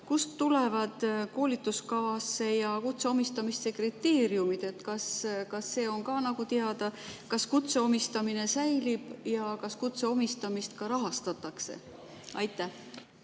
kust tulevad koolituskava ja kutse omistamise kriteeriumid? Kas see on ka nagu teada? Kas kutse omistamine säilib ja kas kutse omistamist ka rahastatakse? Aitäh,